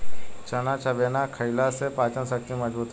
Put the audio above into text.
चना चबेना खईला से पाचन शक्ति मजबूत रहेला